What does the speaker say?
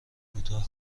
کوتاه